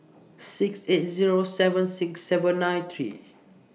six eight Zero seven six seven nine three